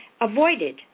avoided